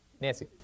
Nancy